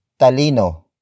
talino